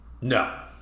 No